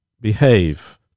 behave